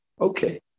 Okay